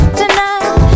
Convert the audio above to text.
tonight